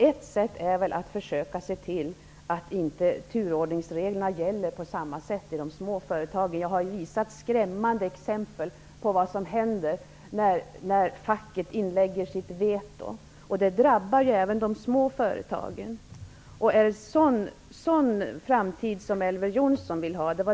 Ett sätt är att försöka se till att inte turordningsreglerna tillämpas på samma sätt i de små företagen. Jag har ju visat skrämmande exempel på vad som händer när facket inlägger sitt veto. Detta drabbar även de små företagen. Är det en sådan framtid Elver Jonsson vill ha?